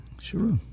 Sure